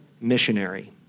missionary